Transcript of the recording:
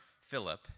Philip